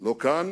לא כאן